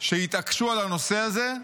שיתעקשו על הנושא הזה,